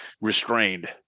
restrained